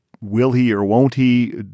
will-he-or-won't-he